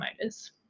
motors